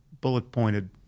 bullet-pointed